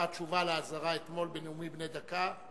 התשובה על האזהרה אתמול בנאומים בני דקה.